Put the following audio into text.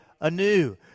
anew